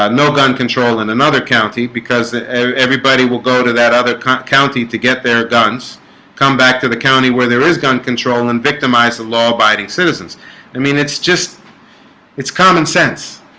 um no gun control in another county because everybody will go to that other county county to get their guns come back to the county where there is gun control and victimize the law-abiding citizens i mean, it's just it's common sense.